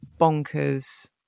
bonkers